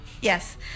Yes